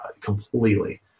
completely